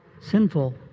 sinful